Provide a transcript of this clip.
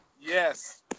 Yes